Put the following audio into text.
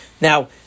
Now